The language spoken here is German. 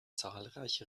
zahlreiche